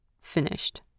Finished